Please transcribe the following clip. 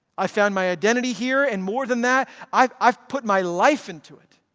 i found my identity here and more than, that i've i've put my life into it,